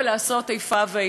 ראוי ולא ראוי,